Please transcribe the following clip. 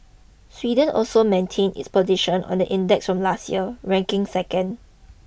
Sweden also maintained its position on the index from last year ranking second